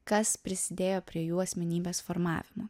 kas prisidėjo prie jų asmenybės formavimo